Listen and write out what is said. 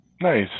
nice